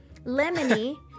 Lemony